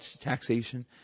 taxation